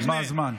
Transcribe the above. נגמר הזמן.